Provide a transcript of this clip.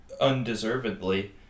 undeservedly